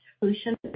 solution